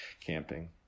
camping